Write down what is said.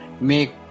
make